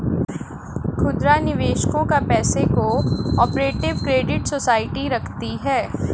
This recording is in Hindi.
खुदरा निवेशकों का पैसा को ऑपरेटिव क्रेडिट सोसाइटी रखती है